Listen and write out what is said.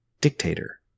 dictator